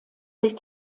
sich